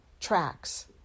tracks